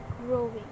growing